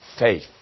faith